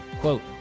Quote